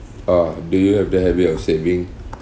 uh do you have the habit of saving